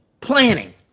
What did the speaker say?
planning